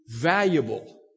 valuable